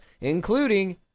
including